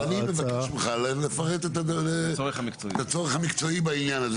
אז אני מבקש ממך לפרט את הצורך המקצועי בעניין הזה.